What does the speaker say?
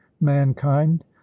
mankind